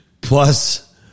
plus